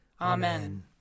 Amen